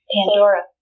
Pandora